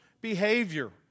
behavior